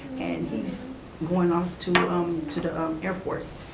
and he's going off to um to the air force,